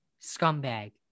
scumbag